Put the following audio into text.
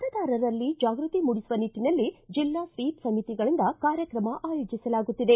ಮತದಾರರಲ್ಲಿ ಜಾಗೃತಿ ಮೂಡಿಸುವ ನಿಟ್ಟನಲ್ಲಿ ಜಿಲ್ಲಾ ಸ್ತೀಪ್ ಸಮಿತಿಗಳಿಂದ ಕಾರ್ಯಕ್ರಮ ಆಯೋಜಿಸಲಾಗುತ್ತಿದೆ